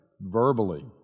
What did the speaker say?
verbally